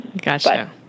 Gotcha